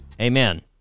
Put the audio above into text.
Amen